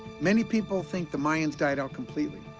many people think the mayans died out completely,